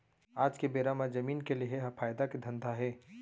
आज के बेरा म जमीन के लेहे ह फायदा के धंधा हे